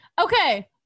Okay